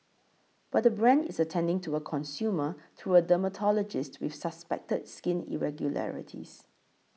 but the brand is attending to a consumer through a dermatologist with suspected skin irregularities